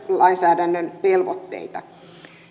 työlainsäädännön velvoitteita